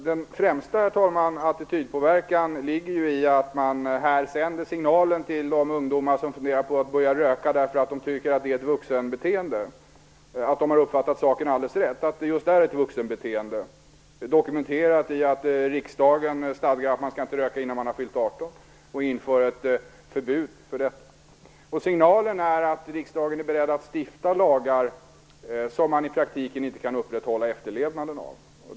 Herr talman! Den främsta attitydpåverkan sker ju genom att man till de ungdomar som funderar på att börja röka därför att de tycker att det är ett vuxenbeteende här sänder signalen att de har uppfattat saken alldeles rätt, att det just är ett vuxenbeteende. Det dokumenteras av att riksdagen inför ett förbud mot att röka innan man har fyllt 18 år. Signalen är att riksdagen är beredd att stifta lagar som man i praktiken inte kan upprätthålla efterlevnaden av.